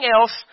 else